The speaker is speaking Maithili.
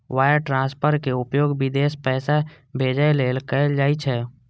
वायर ट्रांसफरक उपयोग विदेश पैसा भेजै लेल कैल जाइ छै